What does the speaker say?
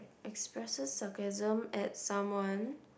expresses sarcasm at someone